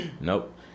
Nope